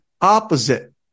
opposite